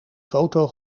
foto